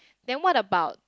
then what about